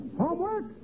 Homework